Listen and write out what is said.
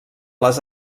les